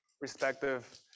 respective